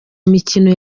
mikino